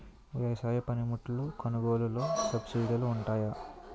వ్యవసాయ పనిముట్లు కొనుగోలు లొ సబ్సిడీ లు వుంటాయా?